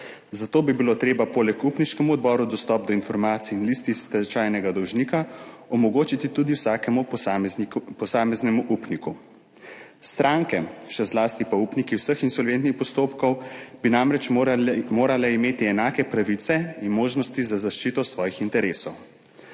zato bi bilo treba poleg upniškemu odboru dostop do informacij in listin stečajnega dolžnika omogočiti tudi vsakemu posameznemu upniku. Stranke, še zlasti pa upniki vseh insolventnih postopkov, bi namreč morale imeti enake pravice in možnosti za zaščito svojih interesov.